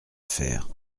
affaire